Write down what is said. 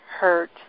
hurt